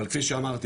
אבל כפי שאמרתי,